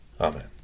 Amen